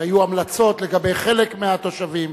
שהיו המלצות לגבי חלק מהתושבים,